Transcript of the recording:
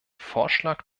vorschlag